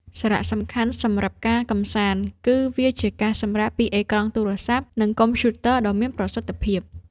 សារៈសំខាន់សម្រាប់ការកម្សាន្តគឺវាជាការសម្រាកពីអេក្រង់ទូរសព្ទ និងកុំព្យូទ័រដ៏មានប្រសិទ្ធភាព។